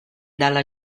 dalla